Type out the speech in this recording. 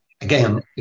again